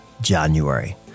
January